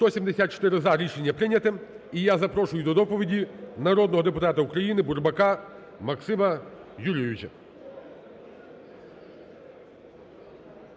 За-174 Рішення прийнято. І я запрошую до доповіді народного депутата України Бурбака Максима Юрійовича.